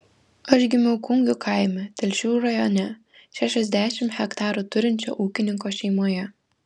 aš gimiau kungių kaime telšių rajone šešiasdešimt hektarų turinčio ūkininko šeimoje